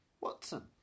Watson